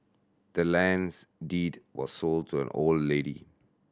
the land's deed was sold to old lady